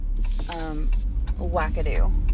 wackadoo